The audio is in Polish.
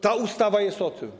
Ta ustawa jest o tym.